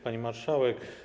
Pani Marszałek!